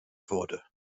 wurde